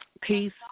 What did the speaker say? Peace